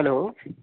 hello